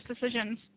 decisions